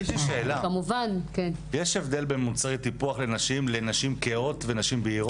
יש לי שאלה: יש הבדל בין מוצרי טיפוח לנשים כהות ונשים בהירות?